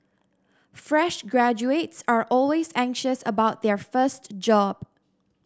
fresh graduates are always anxious about their first job